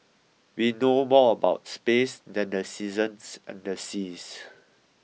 we know more about space than the seasons and the seas